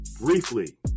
briefly